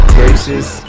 gracious